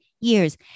years